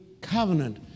covenant